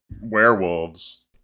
werewolves